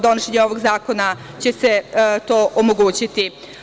Donošenjem ovog zakona će se to omogućiti.